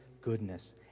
goodness